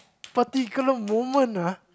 particular moment ah